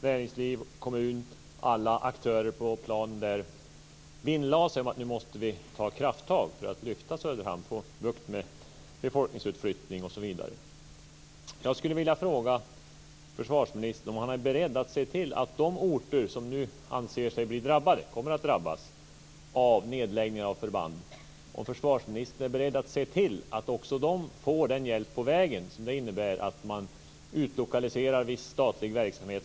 Näringsliv, kommun och alla aktörer vinnlade sig om att ta krafttag för att lyfta Söderhamn, få bukt med befolkningsutflyttning osv. Jag skulle vilja fråga försvarsministern om han är beredd att se till att de orter som nu kommer att drabbas av nedläggningar av förband också får den hjälp på vägen som det innebär att man utlokaliserar viss statlig verksamhet.